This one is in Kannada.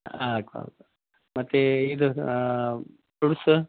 ಹಾಕುವ ಮತ್ತು ಇದು ಫ್ರುಟ್ಸ್